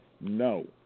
No